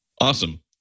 Awesome